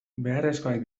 beharrezkoak